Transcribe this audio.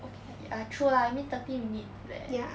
okay ya true lah I mean thirty minute leh